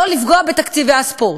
לא לפגוע בתקציבי הספורט,